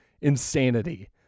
insanity